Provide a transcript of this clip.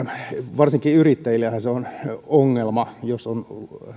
varsinkin yrittäjille se on ollut ongelma jos on